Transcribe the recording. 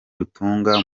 rutunga